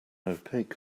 opaque